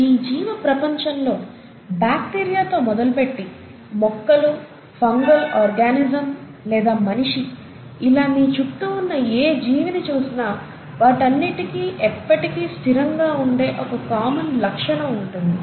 ఈ జీవ ప్రపంచంలో బాక్టీరియాతో మొదలుపెట్టి మొక్కలు ఫంగల్ ఆర్గానిజం లేదా మనిషి ఇలా మీ చుట్టూ ఉన్న ఏ జీవిని చూసినా వాటన్నిటికీ ఎప్పటికి స్థిరంగా ఉండే ఒక కామన్ లక్షణం ఉంటుంది